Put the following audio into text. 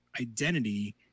identity